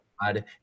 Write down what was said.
God